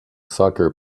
soccer